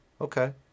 Okay